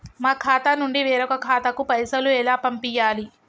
మా ఖాతా నుండి వేరొక ఖాతాకు పైసలు ఎలా పంపియ్యాలి?